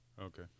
Okay